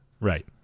Right